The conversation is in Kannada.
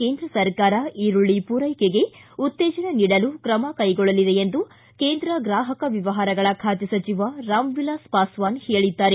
ಕೇಂದ್ರ ಸರ್ಕಾರ ಈರುಳ್ಳ ಪೂರೈಕೆಗೆ ಉತ್ತೇಜನ ನೀಡಲು ತ್ರಮ ಕೈಗೊಳ್ಳಲಿದೆ ಎಂದು ಕೇಂದ್ರ ಗ್ರಾಹಕ ವ್ಯವಹಾರಗಳ ಖಾತೆ ಸಚಿವ ರಾಮ್ವಿಲಾಸ್ ಪಾಸ್ವಾನ್ ಹೇಳಿದ್ದಾರೆ